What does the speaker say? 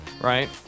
right